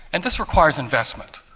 and this requires investment.